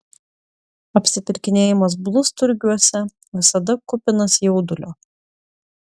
apsipirkinėjimas blusturgiuose visada kupinas jaudulio